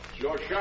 George